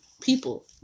people